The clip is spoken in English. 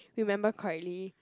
remember correctly